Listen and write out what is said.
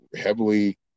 heavily